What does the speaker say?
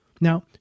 Now